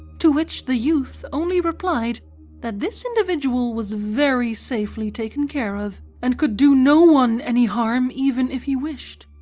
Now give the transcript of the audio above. to which the youth only replied that this individual was very safely taken care of, and could do no one any harm even if he wished.